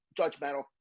judgmental